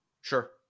Sure